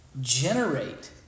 generate